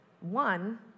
One